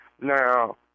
Now